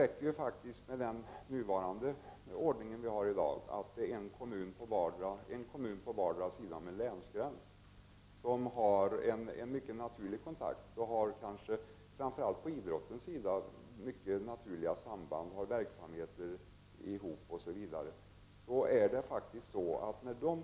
Två kommuner på vardera sidan om en länsgräns kan ha mycket naturlig kontakt och framför allt på idrottens område kan de kanske ha ett mycket naturligt samband med gemensamma verksamheter osv.